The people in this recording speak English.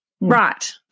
right